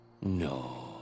No